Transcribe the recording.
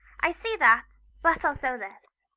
i see that, but i'll sew this!